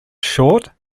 short